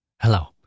Hello